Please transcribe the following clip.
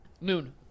Noon